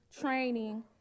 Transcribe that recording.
training